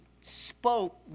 spoke